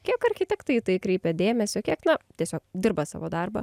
kiek architektai į tai kreipia dėmesio kiek na tiesiog dirba savo darbą